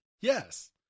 Yes